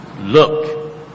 Look